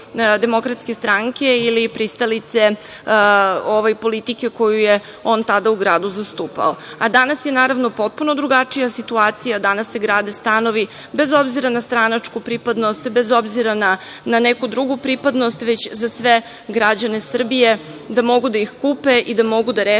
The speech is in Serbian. članovi DS ili pristalice ovoj politici koju je on tada u gradu zastupao. Danas je potpuno drugačija situacija, danas se grade stanovi, bez obzira na stranačku pripadnost, bez obzira na neku drugu pripadnost, već za sve građane Srbije da mogu da ih kupe i da mogu da reše